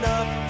up